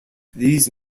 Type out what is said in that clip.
these